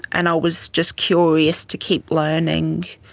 and i was just curious to keep learning.